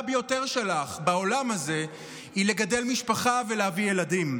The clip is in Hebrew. ביותר שלך בעולם הזה היא לגדל משפחה ולהביא ילדים,